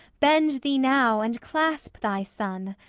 bend thee now and clasp thy son.